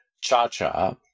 Cha-Cha